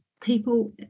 people